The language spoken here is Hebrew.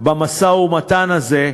במשא-ומתן הזה,